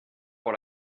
pour